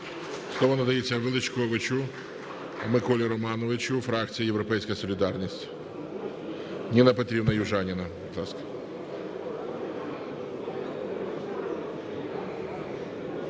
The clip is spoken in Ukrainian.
Слово надається Величковичу Миколі Романовичу, фракція "Європейська солідарність". Ніна Петрівна Южаніна, будь ласка.